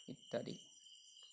ইত্যাদি